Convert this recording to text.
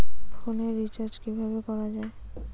ফোনের রিচার্জ কিভাবে করা যায়?